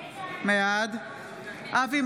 בעד אבי